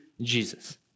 Jesus